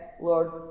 Lord